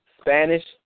Spanish